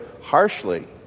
harshly